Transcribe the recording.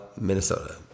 Minnesota